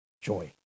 joy